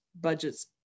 budgets